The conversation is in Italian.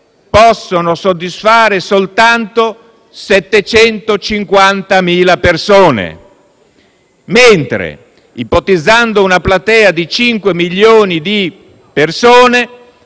possono soddisfare soltanto 750.000 persone, mentre, ipotizzando una platea di 5 milioni di persone,